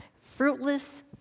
Fruitless